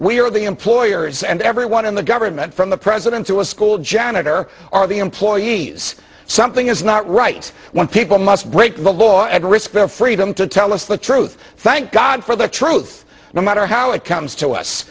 we are the employers and everyone in the government from the president to a school janitor or the employees something is not right when people must break the law and risk their freedom to tell us the truth thank god for the truth no matter how it comes to us